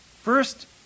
First